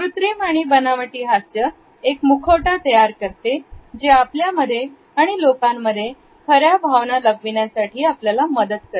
कृत्रिम आणि बनावटी हास्य एक मुखवटा तयार करते जे आपल्यामध्ये आणि लोकांमध्ये खऱ्या भावना लपविण्यासाठी मदत करते